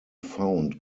found